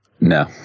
no